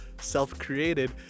self-created